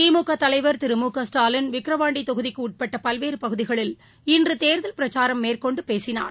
திமுக தலைவர் திரு மு க ஸ்டாலிள் விக்ரவாண்டி தொகுதிக்கு உட்பட்ட பல்வேறு பகுதிகளில் இன்றுதேர்தல் பிரச்சாரம் மேற்கொண்டு பேசினார்